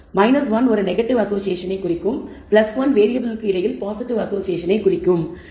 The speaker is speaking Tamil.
1 ஒரு நெகட்டிவ் அசோஷியேஷனை குறிக்கும் மற்றும் 1 வேறியபிள்களுக்கு இடையில் பாசிட்டிவ் அசோஷியேஷனை குறிக்கிறது